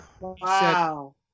Wow